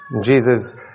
Jesus